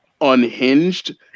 unhinged